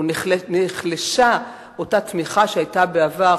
ונחלשה אותה תמיכה שהיתה בעבר,